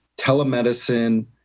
telemedicine